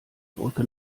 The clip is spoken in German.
brücke